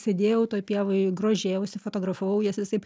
sėdėjau toj pievoj grožėjausi fotografavau jas visaip